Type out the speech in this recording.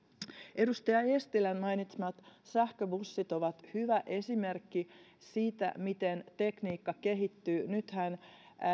edustaja eestilän mainitsemat sähköbussit ovat hyvä esimerkki siitä miten tekniikka kehittyy nythän